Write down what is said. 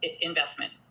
investment